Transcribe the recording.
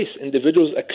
Individuals